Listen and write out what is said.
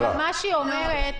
מה שהיא אומרת,